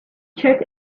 check